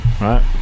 right